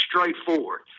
straightforward